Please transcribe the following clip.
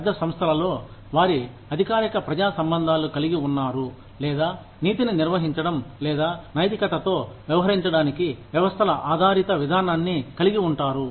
పెద్ద సంస్థలలో వారి అధికారిక ప్రజా సంబంధాలు కలిగి ఉన్నారు లేదా నీతిని నిర్వహించడం లేదా నైతికతతో వ్యవహరించడానికి వ్యవస్థల ఆధారిత విధానాన్ని కలిగి ఉంటారు